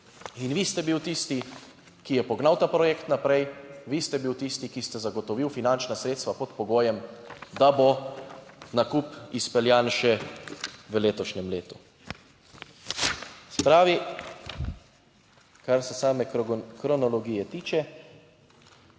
In vi ste bil tisti, ki je pognal ta projekt naprej, vi ste bil tisti, ki ste zagotovili finančna sredstva pod pogojem, da bo nakup izpeljan še v letošnjem letu. Se pravi, kar se same kronologije tiče,